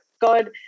God